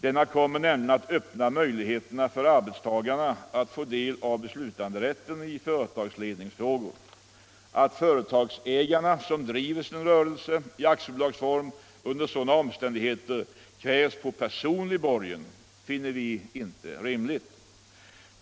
Denna kommer nämligen att öppna möjligheter för arbetstagarna att få del av beslutanderätten i företagsledningsfrågor. Att företagsägare som driver sin rörelse i aktiebolagsform under sådana omständigheter krävs på personlig borgen finner vi inte rimligt.